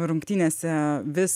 rungtynėse vis